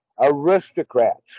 aristocrats